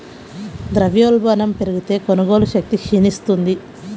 ద్రవ్యోల్బణం పెరిగితే, కొనుగోలు శక్తి క్షీణిస్తుంది